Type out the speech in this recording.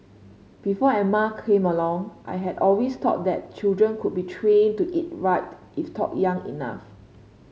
before Emma came along I had always thought that children could be trained to eat right if taught young enough